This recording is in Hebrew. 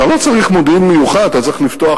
אתה לא צריך מודיעין מיוחד, אתה צריך לפתוח